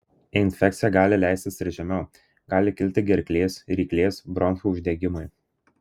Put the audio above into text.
infekcija gali leistis ir žemiau gali kilti gerklės ryklės bronchų uždegimai